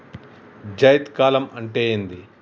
జైద్ కాలం అంటే ఏంది?